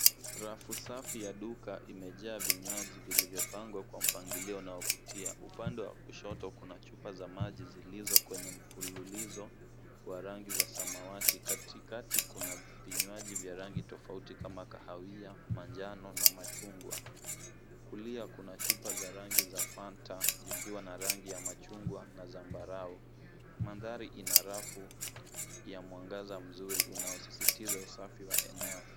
Rafu safi ya duka imejaa vinywaji vilivyopangwa kwa njia inayovutia. Upande wa kushoto kuna chupa za maji zilizo kwenye mfululizo wa rangi ya samawati . Katikati kuna vinywaji vya rangi tofauti kama kahawia, manjano na machungwa. kulia kuna chupa za fanta zikiwa na rangi ya machungwa na zambarau. Mandhari ina rafu ya mwangaza mzuri unaosisitiza eneo.